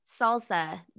Salsa